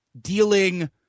dealing